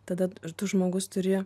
tada ir tu žmogus turi